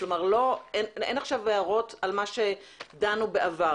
אין עכשיו הערות על מה שדנו בעבר.